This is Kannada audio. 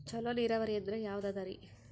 ಚಲೋ ನೀರಾವರಿ ಅಂದ್ರ ಯಾವದದರಿ?